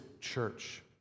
church